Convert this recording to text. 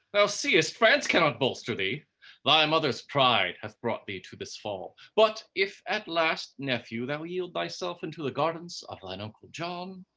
thou seest, france cannot bolster thee thy mother's pride hath brought thee to this fall. but if at last, nephew, thou yield thyself into the guardance of thine uncle john,